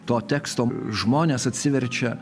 to teksto žmonės atsiverčia